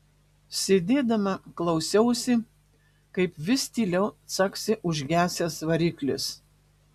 sėdėdama klausiausi kaip vis tyliau caksi užgesęs variklis